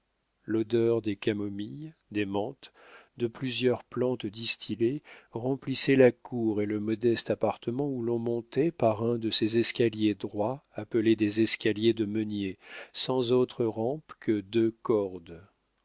l'odeur des camomilles des menthes de plusieurs plantes distillées remplissait la cour et le modeste appartement où l'on montait par un de ces escaliers droits appelés des escaliers de meunier sans autre rampe que deux cordes